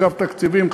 אגף התקציבים,